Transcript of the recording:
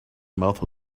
mouth